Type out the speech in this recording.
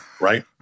right